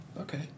Okay